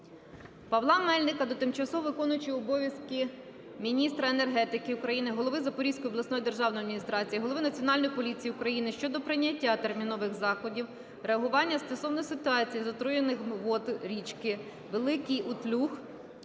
Павла Мельника до тимчасово виконуючої обов'язки міністра енергетики України, голови Запорізької обласної державної адміністрації, голови Національної поліції України щодо прийняття термінових заходів реагування стосовно ситуації з отруєнням вод річки Великий Утлюг